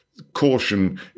caution